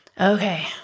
Okay